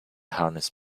harness